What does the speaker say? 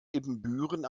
ibbenbüren